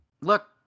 Look